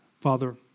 Father